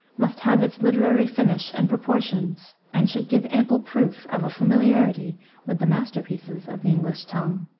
must have its literary finish and proportions, and should give ample proof of a familiarity with the masterpieces of the english tongue.